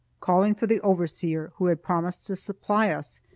calling for the overseer, who had promised to supply us,